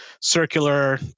circular